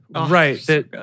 Right